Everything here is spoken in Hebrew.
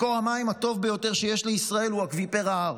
מקור המים הטוב ביותר שיש לישראל הוא אקוויפר ההר.